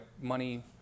money